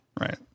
right